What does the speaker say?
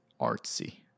artsy